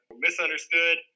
misunderstood